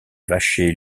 vacher